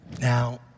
Now